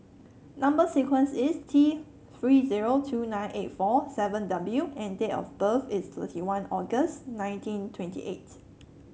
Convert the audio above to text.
number sequence is T Three zero two nine eight four seven W and date of birth is thirty one August nineteen twenty eight